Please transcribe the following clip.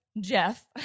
Jeff